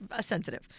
sensitive